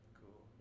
cool